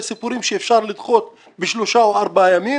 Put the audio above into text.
סיפורים שאפשר לדחות בשלושה או בארבעה ימים.